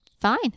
fine